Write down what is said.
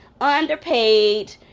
underpaid